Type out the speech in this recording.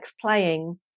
playing